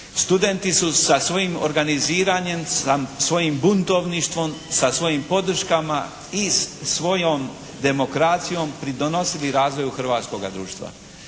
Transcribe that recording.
studenti su sa svojim organiziranjem, sa svojim buntovništvom, sa svojim podrškama i svojom demokracijom pridonosili razvoju hrvatskoga društva.